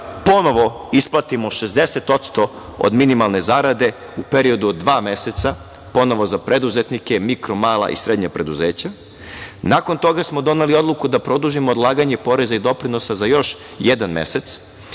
ponovo isplatimo 60% od minimalne zarade u periodu od dva meseca ponovo za preduzetnike, mikro, mala i srednja preduzeća. Nakon toga smo doneli odluku da produžimo odlaganje poreza i doprinosa za još jedan mesec,